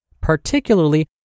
particularly